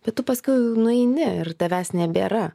bet tu paskui nueini ir tavęs nebėra